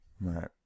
Right